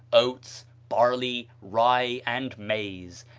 oats, barley, rye, and maize,